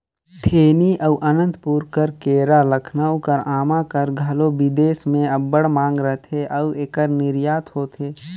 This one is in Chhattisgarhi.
थेनी अउ अनंतपुर कर केरा, लखनऊ कर आमा कर घलो बिदेस में अब्बड़ मांग रहथे अउ एकर निरयात होथे